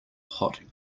hot